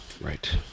right